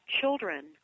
children